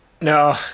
No